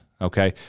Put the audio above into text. Okay